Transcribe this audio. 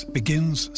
begins